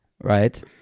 right